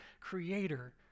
creator